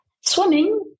swimming